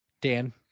Dan